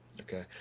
Okay